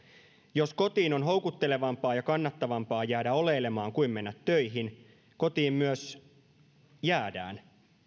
jos kotiin on houkuttelevampaa ja kannattavampaa jäädä oleilemaan kuin mennä töihin kotiin myös jäädään